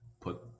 put